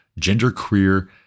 genderqueer